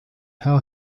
how